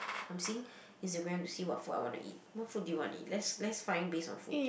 I'm seeing Instagram to see what food I want to eat what food do you want to eat let's let's find based on food